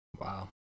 Wow